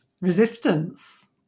resistance